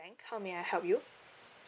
how may I help you